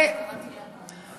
אדוני צריך לעצור את השעון.